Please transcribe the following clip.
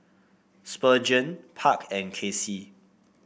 Spurgeon Park and Kaycee